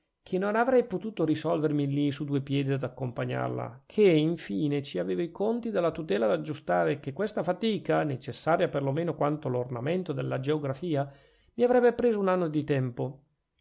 che non avrei potuto risolvermi lì su due piedi ad accompagnarla che infine ci avevo i conti della tutela da aggiustare e che questa fatica necessaria per lo meno quanto l'ornamento della geografia mi avrebbe preso un anno di tempo